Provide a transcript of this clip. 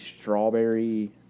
strawberry